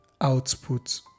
output